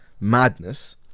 Madness